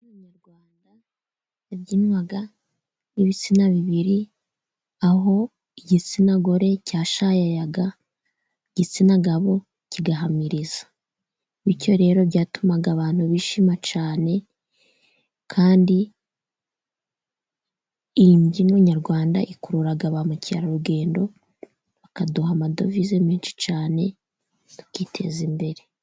Imbyino nyarwanda yabyinwaga n'ibitsina bibiri, aho igitsina gore cyashayayaga, igitsina gabo kigahamiriza. Bityo rero byatumaga abantu bishima cyane, kandi iyi mbyino nyarwanda ikurura ba mukerarugendo, bakaduha amadovize menshi cyane tukiteza imbere.